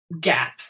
gap